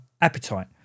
appetite